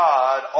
God